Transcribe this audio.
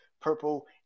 purple